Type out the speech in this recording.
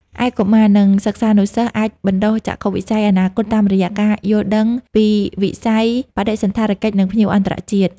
ឯកុមារ និងសិស្សានុសិស្សអាចបណ្ដុះចក្ខុវិស័យអនាគតតាមរយៈការយល់ដឹងពីវិស័យបដិសណ្ឋារកិច្ច និងភ្ញៀវអន្តរជាតិ។